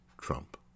Trump